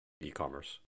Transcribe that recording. e-commerce